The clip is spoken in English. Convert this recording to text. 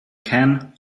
can